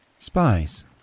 Spies